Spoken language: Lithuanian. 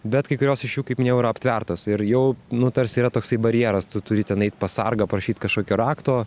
bet kai kurios iš jų kaip minėjau yra aptvertos ir jau nu tarsi yra toksai barjeras tu turi ten eit pas sargą prašyt kažkokio rakto